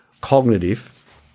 cognitive